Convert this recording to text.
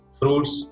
fruits